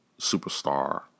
superstar